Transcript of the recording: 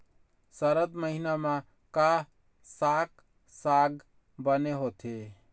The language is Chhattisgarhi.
सरद महीना म का साक साग बने होथे?